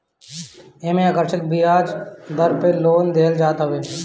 एमे आकर्षक बियाज दर पे लोन देहल जात हवे